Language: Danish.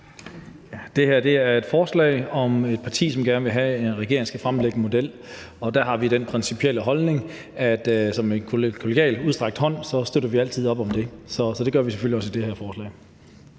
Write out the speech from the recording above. Det her er et forslag fra et parti, som gerne vil have, at regeringen skal fremlægge en model. Der har vi den principielle holdning, at vi som en kollegial udstrakt hånd altid støtter op om det, så det gør vi selvfølgelig også, hvad angår det her forslag.